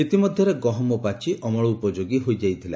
ଇତିମଧ୍ୟରେ ଗହମ ପାଚି ଅମଳ ଉପଯୋଗୀ ହୋଇଯାଇଥିଲା